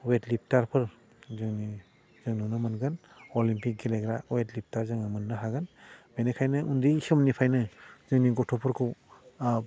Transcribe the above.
weight लिफटारफोर जों जों नुनो मोनगोन अलिम्पिक गेलेग्रा वेट लिफटार जोङो मोन्नो हागोन बेनिखायनो उन्दै समनिफ्रायनो जोंनि गथ'फोरखौ